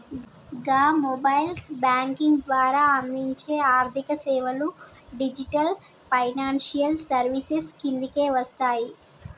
గా mobile banking ద్వారా అందించే ఆర్థికసేవలు డిజిటల్ ఫైనాన్షియల్ సర్వీసెస్ కిందకే వస్తయి